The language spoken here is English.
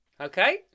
Okay